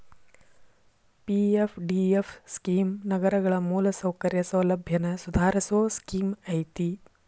PFDF scheme ನಗರಗಳ ಮೂಲಸೌಕರ್ಯ ಸೌಲಭ್ಯನ ಸುಧಾರಸೋ ಸ್ಕೇಮ್ ಐತಿ